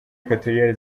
equatoriale